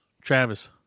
Travis